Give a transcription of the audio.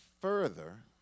further